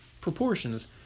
proportions